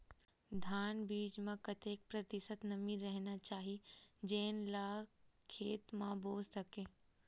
धान बीज म कतेक प्रतिशत नमी रहना चाही जेन ला खेत म बो सके?